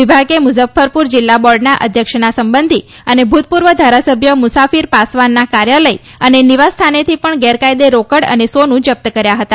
વિભાગે મુઝફફરપુર જીલ્લા બોર્ડના અધ્યક્ષના સંબંધી અને ભૂતપૂર્વ ધારાસભ્ય મુસાફિર પાસવાનના કાર્યાલય અને નિવાસ સ્થાનેથી પણ ગેરકાયેદે રોકડ અને સોનું જપ્ત કર્યા હતા